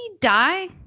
die